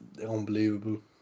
unbelievable